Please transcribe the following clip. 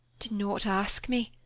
do not ask me.